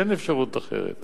אין אפשרות אחרת.